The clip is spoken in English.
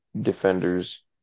defenders